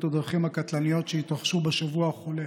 הדרכים הקטלניות שהתרחשו בשבוע החולף.